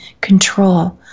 control